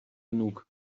genug